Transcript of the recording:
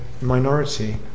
minority